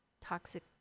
toxic